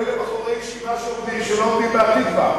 אתה מתכוון לבחורי ישיבה שלא עומדים ב"התקווה".